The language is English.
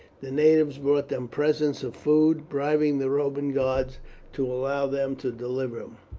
the natives brought them presents of food, bribing the roman guards to allow them to deliver them.